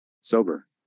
sober